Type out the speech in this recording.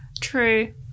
True